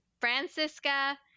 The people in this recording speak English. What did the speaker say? Francisca